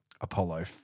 Apollo